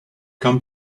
come